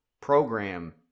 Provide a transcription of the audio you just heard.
program